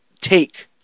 take